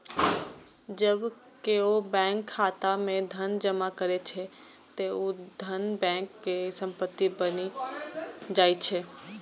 जब केओ बैंक खाता मे धन जमा करै छै, ते ऊ धन बैंक के संपत्ति बनि जाइ छै